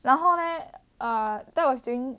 然后 leh err that was during